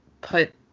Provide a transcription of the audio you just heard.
put